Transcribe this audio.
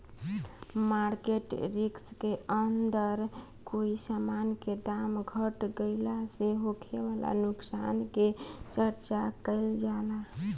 market risk के अंदर कोई समान के दाम घट गइला से होखे वाला नुकसान के चर्चा काइल जाला